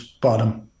bottom